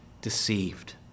deceived